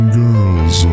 girls